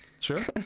sure